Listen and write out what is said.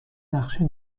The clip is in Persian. نقشه